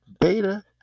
Beta